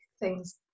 thing's